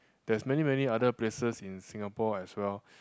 there's many many other places in Singapore as well